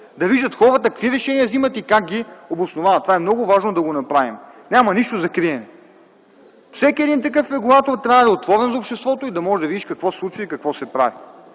да виждат хората какви решения вземат и как ги обосновават. Това е много важно да го направим. Няма нищо за криене. Всеки такъв регулатор трябва да е отворен за обществото - да може да види какво се случва и какво се прави.